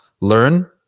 Learn